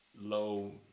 low